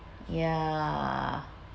ya